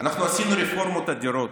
אנחנו עשינו רפורמות אדירות: